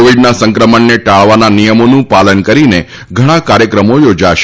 કોવિડના સંક્રમણને ટાળવાના નિયમોનું પાલન કરીને ઘણાં કાર્યક્રમો યોજાશે